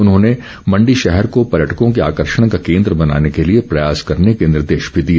उन्होंने मण्डी शहर को पर्यटकों के आकर्षण का केन्द्र बनाने के लिए प्रयास करने के निर्देश भी दिए